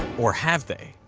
or have they?